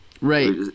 right